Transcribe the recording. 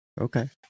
okay